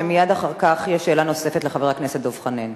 שמייד אחר כך יש שאלה נוספת לחבר הכנסת דב חנין.